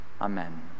Amen